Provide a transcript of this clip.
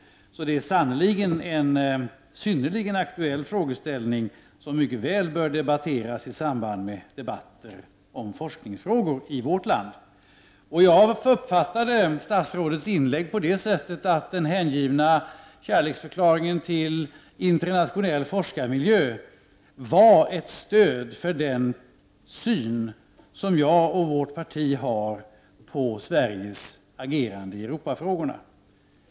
Det är sannerligen en synnerligen aktuell frågeställning, som mycket väl kan debatteras i samband med debatter om forskningsfrågor i vårt land. Jag uppfattade statsrådets inlägg på det sättet att den hängivna kärleksförklaringen till internationell forskarmiljö var ett stöd för den syn som jag och vårt parti har på Sveriges agerande i Europafrågorna.